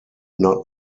not